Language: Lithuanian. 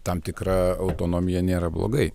tam tikra autonomija nėra blogai